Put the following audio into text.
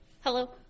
Hello